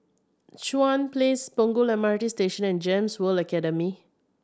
Chuan Place Punggol M R T Station and GEMS World Academy